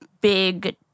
big